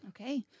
Okay